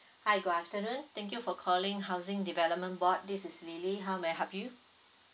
hi good afternoon thank you for calling housing development board this is lily how may I help you